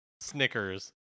snickers